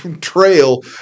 trail